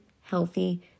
healthy